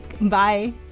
Bye